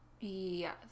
yes